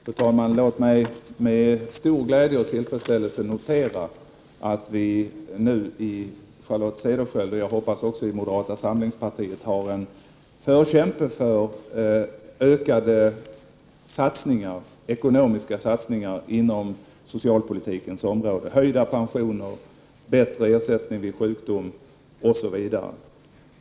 Fru talman! Låt mig med stor glädje och tillfredsställelse notera att vi nu i Charlotte Cederschiöld och jag hoppas även i moderata samlingspartiet har en förkämpe för ökade ekonomiska satsningar på socialpolitikens område: höjda pensioner, bättre ersättning vid sjukdom, osv.